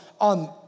on